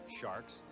Sharks